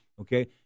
Okay